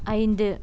ஐந்து